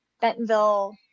Bentonville